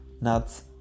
nuts